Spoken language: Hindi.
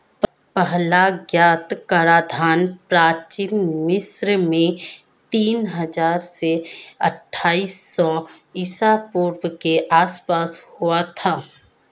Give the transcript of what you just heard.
पहला ज्ञात कराधान प्राचीन मिस्र में तीन हजार से अट्ठाईस सौ ईसा पूर्व के आसपास हुआ था